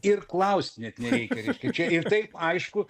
ir klausti net nereikia reiškia čia ir taip aišku